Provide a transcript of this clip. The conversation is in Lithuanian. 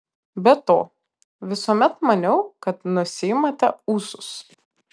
be to visuomet maniau kad nusiimate ūsus